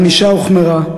הענישה הוחמרה,